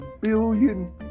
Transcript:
billion